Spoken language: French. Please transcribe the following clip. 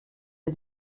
est